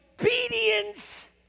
obedience